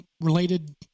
related